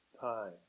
time